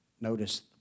Notice